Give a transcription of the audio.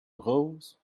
rose